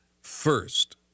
first